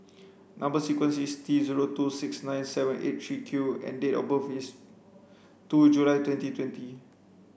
number sequence is T zero two six nine seven eight three Q and date of birth is two July twenty twenty